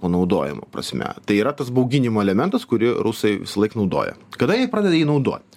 panaudojimo prasme tai yra tas bauginimo elementas kurį rusai visąlaik naudoja kada jie pradeda jį naudot